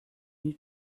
you